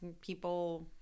people